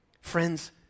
Friends